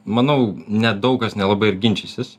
manau nedaug kas nelabai ir ginčysis